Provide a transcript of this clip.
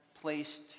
placed